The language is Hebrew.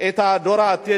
את דור העתיד,